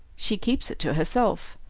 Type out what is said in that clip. she keeps it to herself.